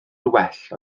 gwell